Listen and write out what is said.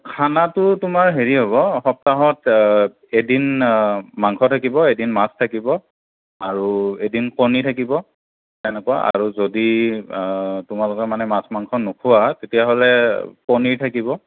খানাটো তোমাৰ হেৰি হ'ব সপ্তাহত এদিন মাংস থাকিব এদিন মাছ থাকিব আৰু এদিন কণী থাকিব তেনেকুৱা আৰু যদি তোমালোকে মানে মাছ মাংস নোখোৱা তেতিয়াহ'লে পনীৰ থাকিব